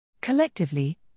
Collectively